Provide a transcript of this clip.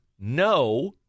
No